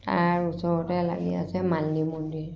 তাৰ ওচৰতে লাগি আছে মালিনী মন্দিৰ